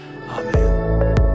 Amen